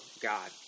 God